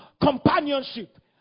companionship